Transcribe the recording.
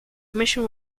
commission